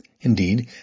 Indeed